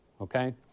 okay